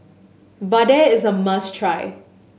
vadai is a must try